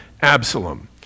Absalom